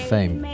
Fame